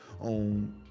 on